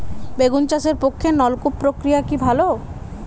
বেগুন চাষের পক্ষে নলকূপ প্রক্রিয়া কি ভালো?